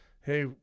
Hey